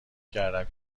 کردم